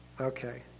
Okay